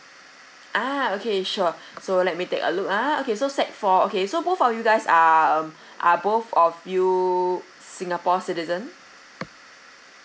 ah okay sure so let me take a look ah okay so sec four okay so both of you guys are um are both of you singapore citizen